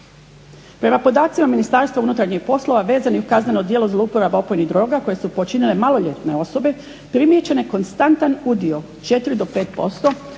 Prema podacima Ministarstva unutarnjih poslova vezanh uz kazneno djelo zlouporaba opojnih droga koje su počinile maloljetne osobe primijećen je konstantan udio 4 do 5% ovih